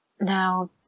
now